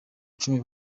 icumi